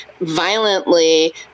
violently